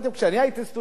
כשאני הייתי סטודנט,